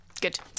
Good